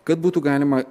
kad būtų galima